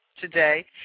today